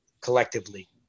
collectively